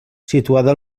situada